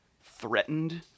threatened